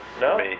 No